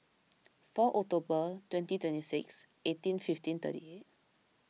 four October twenty twenty six eighteen fifteen thirty eight